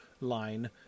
line